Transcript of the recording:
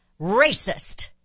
racist